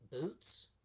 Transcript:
Boots